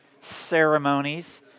ceremonies